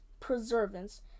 preservance